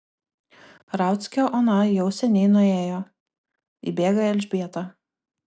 rauckio ona jau seniai nuėjo įbėga elžbieta